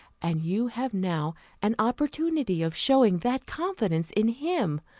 and you have now an opportunity of showing that confidence in him,